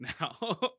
now